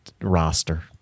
roster